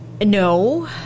no